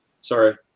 sorry